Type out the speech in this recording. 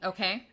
Okay